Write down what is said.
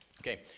Okay